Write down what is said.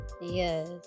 Yes